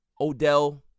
Odell